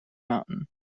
mountain